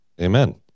amen